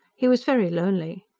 he was very lonely.